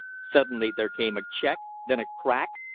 suddenly there came a check, then a crack,